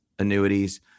Annuities